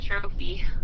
trophy